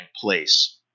place